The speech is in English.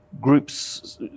groups